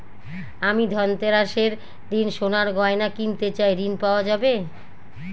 আমি ধনতেরাসের দিন সোনার গয়না কিনতে চাই ঝণ পাওয়া যাবে?